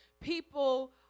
people